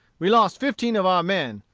we lost fifteen of our men,